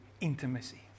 intimacy